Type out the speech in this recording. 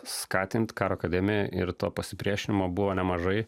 skatint karo akademijoj ir to pasipriešinimo buvo nemažai